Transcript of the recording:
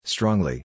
Strongly